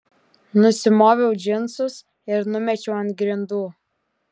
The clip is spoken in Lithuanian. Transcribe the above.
nusimoviau džinsus ir numečiau ant grindų